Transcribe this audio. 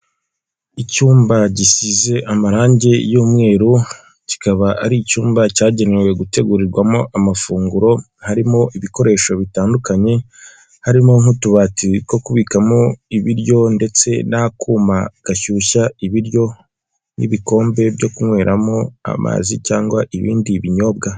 Icyumba gisize amarangi y'umweru, kikaba ari icyumba cyagenewe gutegurirwamo amafunguro, harimo ibikoresho bitandukanye, harimo nk'utubati two kubikamo ibiryo ndetse n'akuma gashyushya ibiryo, n'ibikombe byo kunyweramo amazi cyangwa ibindi binyobwa.